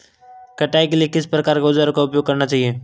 कटाई के लिए किस प्रकार के औज़ारों का उपयोग करना चाहिए?